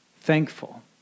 thankful